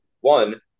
one